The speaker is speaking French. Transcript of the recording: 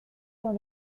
dans